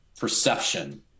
perception